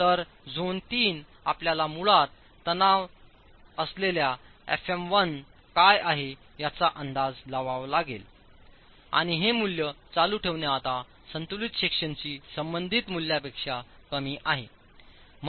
तर झोन 3 आपल्याला मुळात तणाव असलेल्या fm 1 मूल्य काय आहे याचा अंदाजलावावा लागेल आणि हे मूल्य चालू ठेवणे आता संतुलित सेक्शनशी संबंधित मूल्यापेक्षा कमी आहे